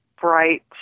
bright